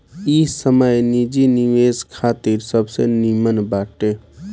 इ समय निजी निवेश खातिर सबसे निमन बाटे